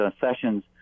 Sessions